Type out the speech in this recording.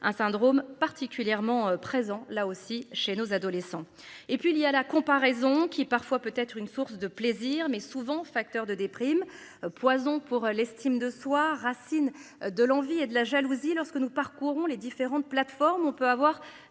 un syndrome particulièrement présent là aussi chez nos adolescents et puis il y a la comparaison qui parfois peut être une source de plaisir mais souvent facteur de déprime. Poison pour l'estime de soi, racines de envie et de la jalousie lorsque nous parcourons les différentes plateformes. On peut avoir